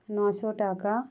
নশো টাকা